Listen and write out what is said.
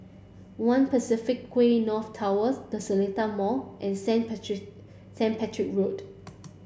one Quay North Towers the Seletar Mall and Saint Patrick Saint Patrick Road